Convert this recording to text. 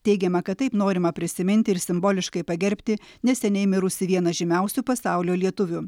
teigiama kad taip norima prisiminti ir simboliškai pagerbti neseniai mirusį vieną žymiausių pasaulio lietuvių